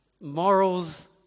morals